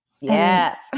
Yes